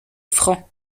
francs